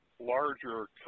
larger